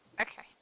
Okay